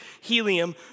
helium